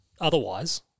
Otherwise